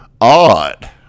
Odd